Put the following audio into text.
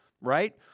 right